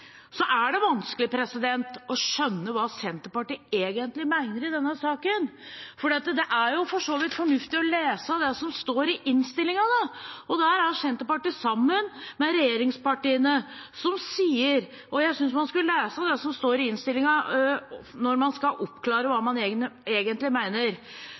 Så er det vanskelig å skjønne hva Senterpartiet egentlig mener i denne saken. Det er for så vidt fornuftig å lese det som står innstillingen. Der er Senterpartiet sammen med regjeringspartiene, og de sier – og jeg synes man skulle lese det som står i innstillingen når man skal oppklare hva man egentlig